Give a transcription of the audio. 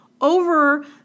over